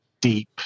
deep